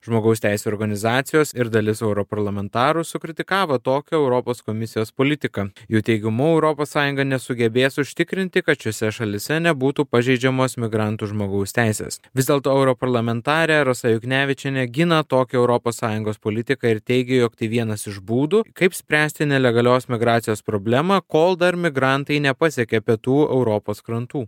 žmogaus teisių organizacijos ir dalis europarlamentarų sukritikavo tokią europos komisijos politiką jų teigimu europos sąjunga nesugebės užtikrinti kad šiose šalyse nebūtų pažeidžiamos migrantų žmogaus teises vis dėlto europarlamentarė rasa juknevičienė gina tokią europos sąjungos politiką ir teigė jog tai vienas iš būdų kaip spręsti nelegalios migracijos problemą kol dar migrantai nepasiekė pietų europos krantų